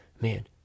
man